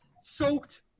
soaked